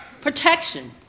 Protection